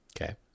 Okay